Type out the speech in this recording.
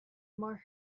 more